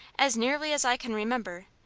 as nearly as i can remember,